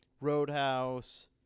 Roadhouse